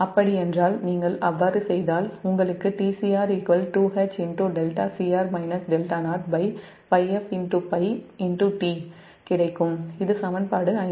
அப்படி யென்றால் நீங்கள் அவ்வாறு செய்தால் உங்களுக்கு கிடைக்கும் இது சமன்பாடு 54